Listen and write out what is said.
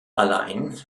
allein